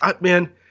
man